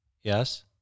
Yes